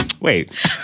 Wait